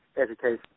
education